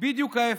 בדיוק ההפך.